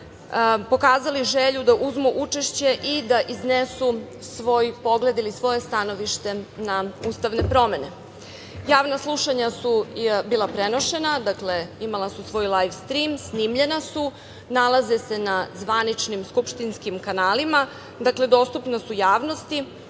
pokazali želju da uzmu učešće i da iznesu svoj pogled ili svoje stanovište na ustavne promene. Javna slušanja su bila prenošena, dakle, imala su svoj lajv strim, snimljena su, nalaze se na zvaničnim skupštinskim kanalima, dostupna su javnosti.